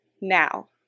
now